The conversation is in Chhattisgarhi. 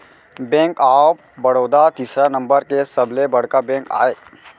बेंक ऑफ बड़ौदा तीसरा नंबर के सबले बड़का बेंक आय